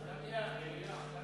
מליאה.